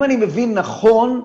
אם אני מבין נכון,